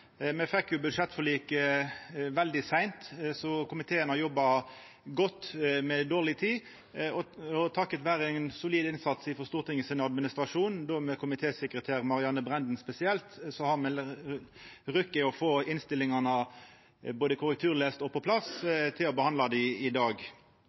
Me fekk budsjettforliket veldig seint, så komiteen har jobba godt med dårleg tid. Takk vera ein solid innsats frå Stortingets administrasjon, komitésekretær Marianne Brænden spesielt, har me rokke å få innstillingane både korrekturlesne og på plass